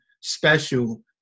special